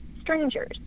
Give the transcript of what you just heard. strangers